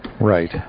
Right